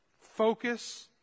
focus